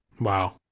Wow